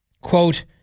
Quote